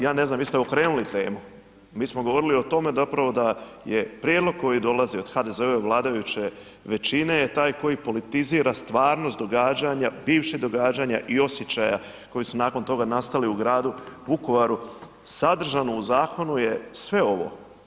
Ja ne znam, vi ste okrenuli temu, mi smo govorili o tome zapravo da je prijedlog koji dolazi od HDZ-ove vladajuće većine je taj koji politizira stvarnost događanja, bivših događanja i osjećaja koji su nakon toga nastali u gradu Vukovaru, sadržano u zakonu je sve ovo.